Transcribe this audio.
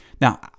Now